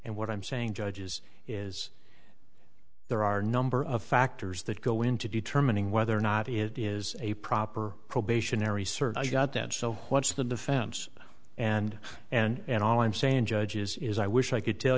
and what i'm saying judges is there are number of factors that go into determining whether or not it is a proper probationary cert i got that so what's the defense and and all i'm saying judges is i wish i could tell